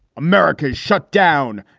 america's shut down,